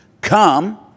Come